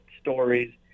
stories